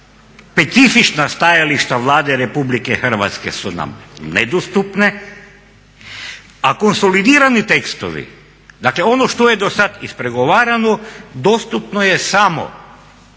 Specifična stajališta Vlade RH su nam nedostupna a konsolidirani tekstovi, dakle ono što je dosad ispregovarano, dostupno je samo